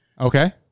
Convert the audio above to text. okay